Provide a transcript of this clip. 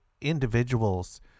individuals